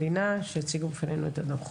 לא עומדים בנטל.